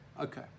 okay